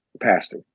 pastor